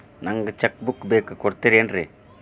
ನಂಗ cheque book ಬೇಕು ಕೊಡ್ತಿರೇನ್ರಿ?